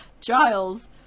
Giles